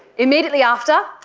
immediately after,